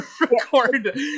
record